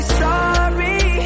sorry